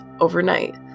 overnight